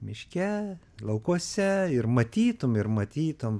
miške laukuose ir matytum ir matytum